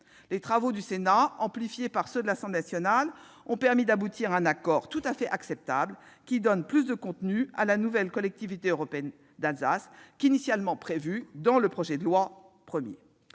Les travaux du Sénat, amplifiés par ceux de l'Assemblée nationale, ont permis d'aboutir à un accord tout à fait acceptable qui donne plus de contenu à la nouvelle Collectivité européenne d'Alsace qu'initialement prévu. Le Sénat a pleinement